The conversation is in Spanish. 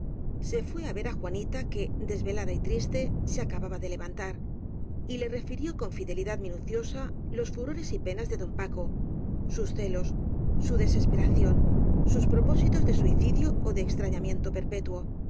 se fué á ver á juanita que desvelada y triste se acababa de le vantar y le refirió con fidelidad minuciosa los furores y penas de don paco sus celos su deses peración sus propósitos de suicidio ó de extraña miento perpetuo